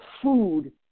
food